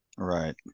Right